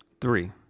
Three